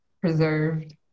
preserved